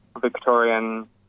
Victorian